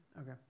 Okay